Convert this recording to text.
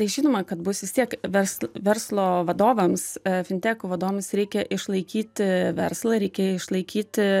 tai žinoma kad bus vis tiek versl verslo vadovams fintekų vadovams reikia išlaikyti verslą reikia išlaikyti